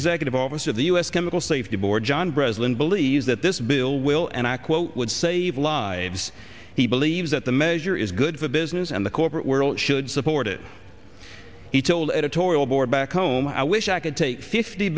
executive officer of the u s chemical safety board john breslin believes that this bill will and i quote would save lives he believes that the measure is good for business and the corporate world should support it he told editorial board back home i wish i could take fifty